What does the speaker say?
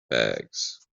bags